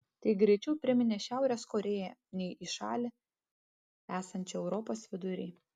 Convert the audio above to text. tai greičiau priminė šiaurės korėją nei į šalį esančią europos vidury